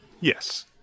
Yes